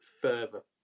further